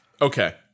Okay